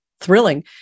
thrilling